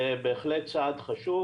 זה בהחלט צעד חשוב.